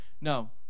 No